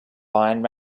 line